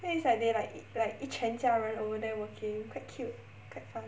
then it's like they like like 一全家人 over there working quite cute quite fun